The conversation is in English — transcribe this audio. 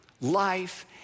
life